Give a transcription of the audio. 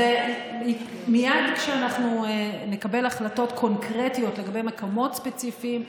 מייד כשאנחנו נקבל החלטות קונקרטיות לגבי מקומות ספציפיים,